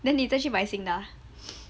then 你再去买新的 ah